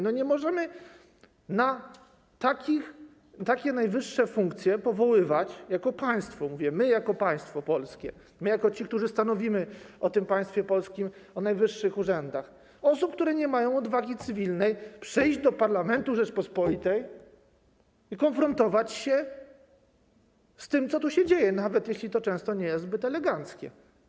Nie możemy na najwyższe funkcje powoływać, jako państwo, my jako państwo polskie, my jako ci, którzy stanowimy o państwie polskim, o najwyższych urzędach, osób, które nie mają odwagi cywilnej przyjść do parlamentu Rzeczypospolitej i konfrontować się z tym, co tu się dzieje, nawet jeśli to często nie jest zbyt eleganckie.